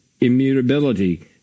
immutability